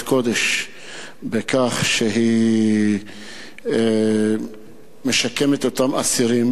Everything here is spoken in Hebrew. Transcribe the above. קודש בכך שהיא משקמת את אותם אסירים,